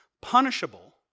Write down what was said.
punishable